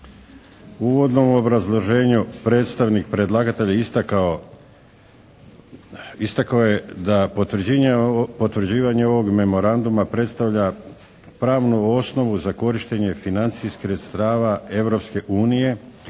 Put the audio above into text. uvodnom obrazloženju predstavnik predlagatelja istakao je da potvrđivanje ovog memoranduma predstavlja pravnu osnovu za korištenje financijskih sredstava